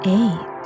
eight